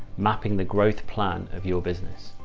mapping the growth plan of your business.